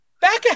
Back